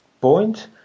point